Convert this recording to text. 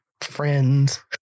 friends